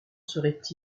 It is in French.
serait